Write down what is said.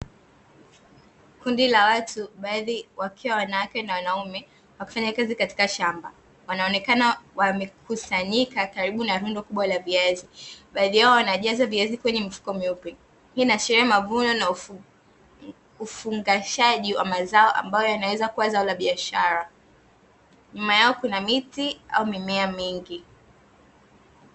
Kundi la watu baadhi wakiwa wanawake na wanaume, wakifanya kazi katika shamba. Wanaonekana wamekusanyika karibu na rundo kubwa la viazi. Baadhi yao wanajaza viazi kwenye mifuko myeupe. Hii inaashiria mavuno na ufungashaji wa mazao ambao yanaweza kuwa zao la biashara. Nyuma yao kuna miti au mimea mingi.